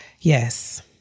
Yes